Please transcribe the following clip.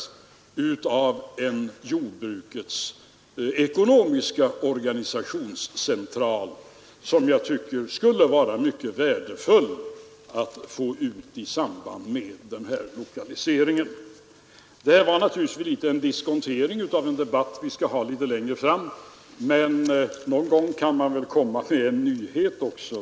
Denna lokalisering av en av jordbrukets centrala ekonomiska organisationer tycker jag skulle vara mycket värdefull. Det här var naturligtvis en liten diskontering av en debatt som vi skall föra längre fram, men någon gång kan man väl komma med en nyhet också.